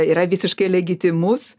yra visiškai legitimus